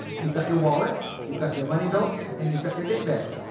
you've got your wallet, you've got your money belt, and you've got your day bag,